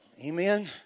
Amen